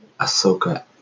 Ahsoka